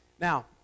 Now